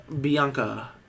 Bianca